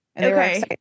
Okay